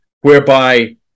whereby